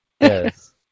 Yes